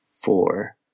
four